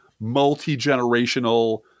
multi-generational